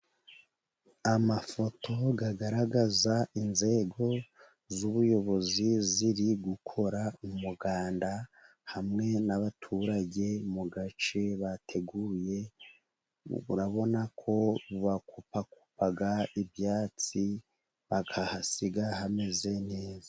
Amafoto agaragaza inzego z'ubuyobozi, ziri gukora umuganda hamwe n'abaturage mu gace bateguye, urabona ko bakupakupa ibyatsi bakahasiga hameze neza.